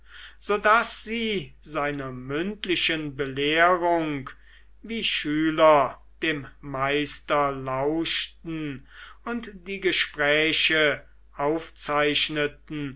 daß sie seiner mündlichen belehrung wie schüler dem meister lauschten und die gespräche aufzeichneten